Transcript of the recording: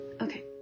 Okay